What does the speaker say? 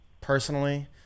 Personally